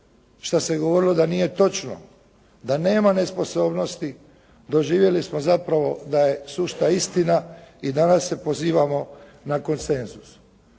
što se govorilo da nije točno, da nema nesposobnosti doživjeli smo zapravo da je sušta istina i danas se pozivamo na konsenzus.